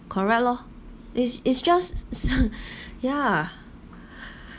correct lor it's it's just yeah